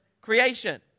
creation